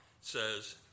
says